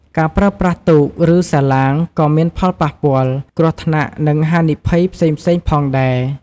ការប្រើប្រាស់ទូក ឬសាឡាងក៏មានផលប៉ះពាល់ គ្រោះថ្នាក់ និងហានិភ័យផ្សេងៗផងដែរ។